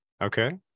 Okay